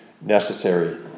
necessary